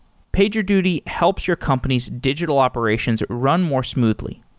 pagerduty helps your company's digital operations are run more smoothly.